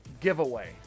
giveaway